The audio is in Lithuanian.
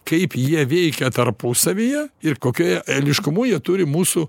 kaip jie veikia tarpusavyje ir kokiu jie eiliškumu jie turi mūsų